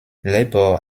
labor